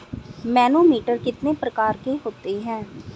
Manometer कितने प्रकार के होते हैं?